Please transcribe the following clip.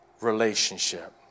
relationship